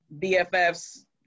BFFs